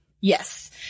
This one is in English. yes